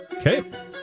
Okay